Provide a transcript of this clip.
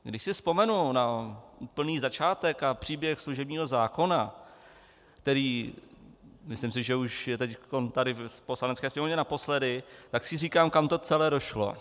Když si vzpomenu na úplný začátek a příběh služebního zákona, který, myslím si, že už je teď tady v Poslanecké sněmovně, naposledy, tak si říkám, kam to celé došlo.